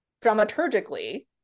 dramaturgically